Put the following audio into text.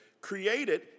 created